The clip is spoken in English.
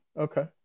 Okay